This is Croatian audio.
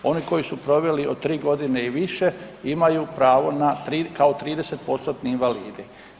Oni koji su proveli od 3 godine i više imaju pravo na kao 30% invalidi.